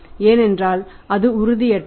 ஏனென்றால் அது உறுதியற்றது